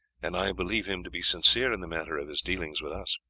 and i believe him to be sincere in the matter of his dealings with us.